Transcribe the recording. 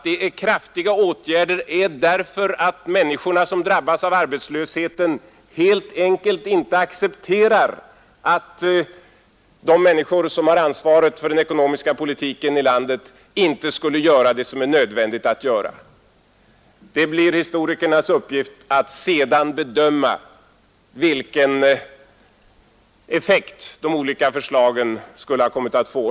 Det är kraftiga åtgärder därför att människorna som drabbas av arbetslösheten helt enkelt inte accepterar att de som har ansvaret för den ekonomiska politiken i landet inte skulle göra det som är nödvändigt att göra. Det blir historikernas uppgift att sedan bedöma vilken effekt de olika förslagen skulle ha kommit att få.